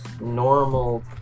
normal